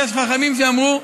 יש חכמים שאמרו,